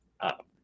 up